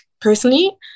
personally